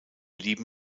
lieben